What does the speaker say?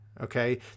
Okay